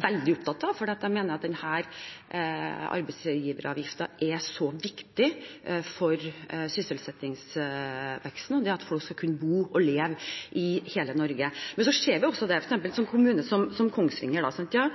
veldig opptatt av, for jeg mener at denne arbeidsgiveravgiften er så viktig for sysselsettingsveksten, og for at folk skal kunne bo og leve i hele Norge. Men så ser vi f.eks. en kommune som Kongsvinger, som ikke